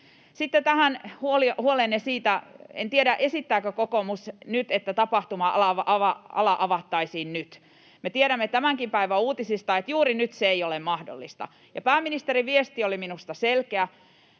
Sitten tähän huoleenne. En tiedä, esittääkö kokoomus nyt, että tapahtuma-ala avattaisiin nyt. Me tiedämme tämänkin päivänuutisista, että juuri nyt se ei ole mahdollista, ja pääministerin viesti oli minusta selkeä: